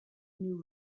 new